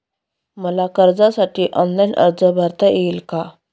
मला कर्जासाठी ऑनलाइन अर्ज भरता येईल का?